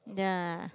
ya